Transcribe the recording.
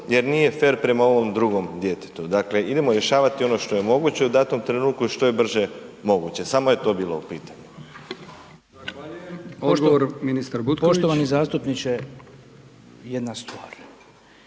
jer nije fer prema ovom drugom djetetu. Dakle, idemo rješavati ono što je moguće u datom trenutku što je brže moguće, samo je to bilo u pitanju. **Brkić, Milijan (HDZ)** Odgovor ministar Butković. **Butković, Oleg (HDZ)** Poštovani zastupniče jedna stvar,